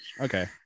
Okay